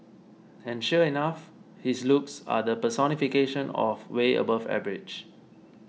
and sure enough his looks are the personification of way above average